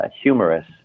humorous